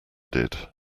did